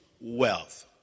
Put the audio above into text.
wealth